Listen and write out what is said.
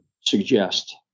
suggest